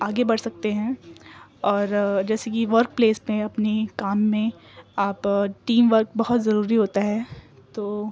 آگے بڑھ سکتے ہیں اور جیسے کہ ورک پلیس میں اپنی کام میں آپ ٹیم ورک بہت ضروری ہوتا ہے تو